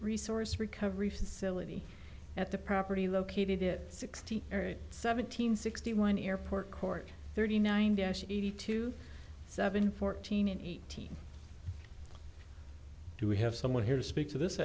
resource recovery facility at the property located it sixty seven hundred sixty one airport court thirty nine dash eighty two seven fourteen and eighteen do we have someone here to speak to this